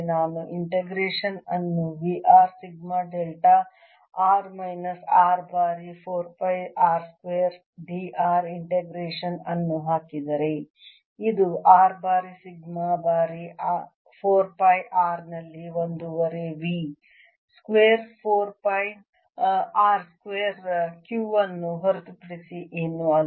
ನಾನು ಇಂಟಿಗ್ರೇಷನ್ ಅನ್ನು V r sigma delta r minus R ಬಾರಿ 4 pi r square dr integration ಅನ್ನು ಹಾಕಿದರೆ ಇದು R ಬಾರಿ ಸಿಗ್ಮಾ ಬಾರಿ 4 ಪೈ R ನಲ್ಲಿ ಒಂದೂವರೆ V square 4 pi R square Q ಯನ್ನು ಹೊರತುಪಡಿಸಿ ಏನೂ ಅಲ್ಲ